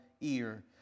ear